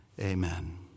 amen